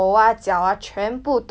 like 猫的抓痕 eh